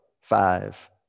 five